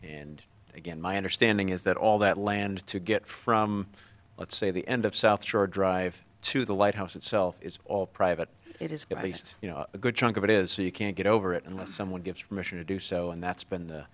and again my understanding is that all that land to get from let's say the end of south shore drive to the white house itself it's all private it is good at least you know a good chunk of it is so you can't get over it unless someone gets remission to do so and that's been the